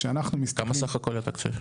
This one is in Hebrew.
כשאנחנו מסתכלים --- כמה סך הכל התקציב?